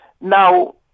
Now